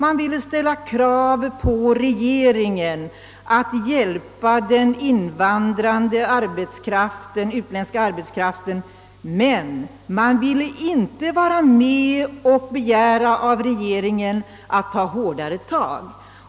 De ville ställa krav på att regeringen skall hjälpa den invandrande utländska arbetskraften, men de ville inte vara med att av regeringen begära hårdare grepp.